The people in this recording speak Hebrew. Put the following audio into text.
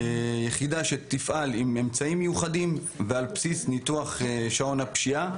זאת יחידה שתפעל עם אמצעים מיוחדים ועל בסיס ניתוח שעון הפשיעה.